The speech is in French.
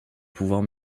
pouvoir